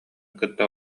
кытта